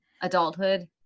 adulthood